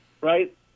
right